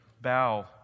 bow